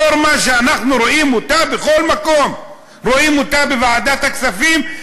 נורמה שאנחנו רואים אותה בכל מקום: רואים אותה בוועדת הכספים,